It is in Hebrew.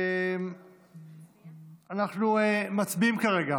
אנחנו מצביעים כרגע